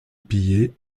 pillée